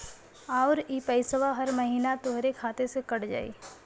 आउर इ पइसवा हर महीना तोहरे खाते से कट जाई